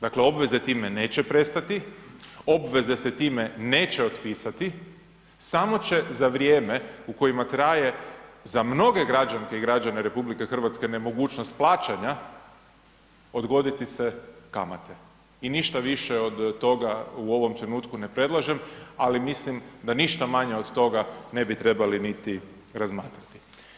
Dakle obveze time neće prestati, obveze se time neće otpisati, samo će za vrijeme u kojima traje za mnoge građanke i građane RH nemogućnost plaćanja odgoditi se kamate i ništa više od toga u ovom trenutku ne predlažem, ali mislim da ništa manje od toga ne bi trebali niti razmatrati.